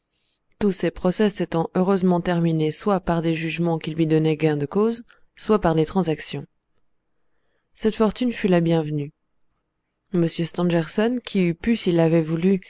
tous ses procès s'étant heureusement terminés soit par des jugements qui lui donnaient gain de cause soit par des transactions cette fortune fut la bienvenue m stangerson qui eût pu s'il l'avait voulu